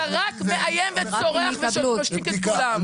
אתה רק מאיים וצורח ומשתיק את כולם.